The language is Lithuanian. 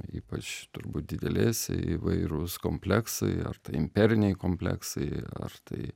ypač turbūt didelėse įvairūs kompleksai ar tai imperiniai kompleksai ar tai